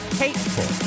hateful